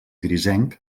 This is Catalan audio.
grisenc